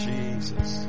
Jesus